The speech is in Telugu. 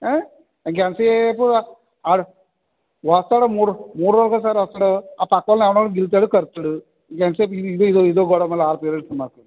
ఇంకా ఎంతసేపు వాడు వస్తాడు మూ మూడు రోజులకు ఒకసారి వస్తాడు ఆ పక్కన వాళ్ళని ఎవరినో ఒకరిని గిల్లుతాడు కరుస్తాడు ఇంకా ఎంతసేపు ఇ ఇదో గొడవ మళ్ళీ వాళ్ళ పేరెంట్స్తో నాకు